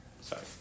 Sorry